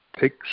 take